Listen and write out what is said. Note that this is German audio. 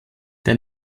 der